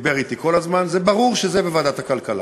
דיבר אתי כל הזמן, זה ברור שזה בוועדת הכלכלה,